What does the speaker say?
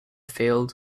field